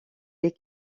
les